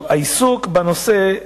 העיסוק בנושא,